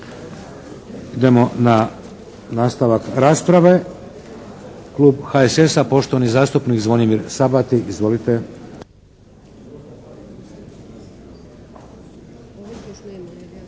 Idemo na nastavak rasprave. Klub HSS-a poštovani zastupnik Zvonimir Sabati. Izvolite!